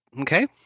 Okay